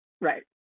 right